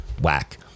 Whack